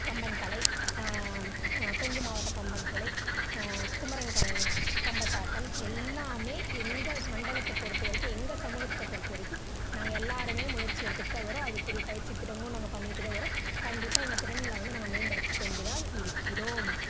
கம்பன் கலை கொங்கு மாவட்டம் கம்பன் கலை குமரன் கம் கம்பத்தாட்டம் எல்லாமே எங்கள் மண்டலத்தை பொறுத்த வரைக்கும் எங்கள் சமூகத்தை பொறுத்த வரைக்கும் நாங்கள் எல்லோருமே முயற்சி எடுத்துட்டு தான் வரோம் அதுக்குரிய பயிற்சித் திட்டங்களும் நாங்கள் பண்ணிட்டு தான் வரோம் கண்டிப்பாக எங்கள் திறன்களை வந்து நாங்கள் மேம்படுத்தி கொண்டு தான் இருக்கிறோம்